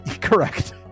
correct